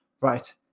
right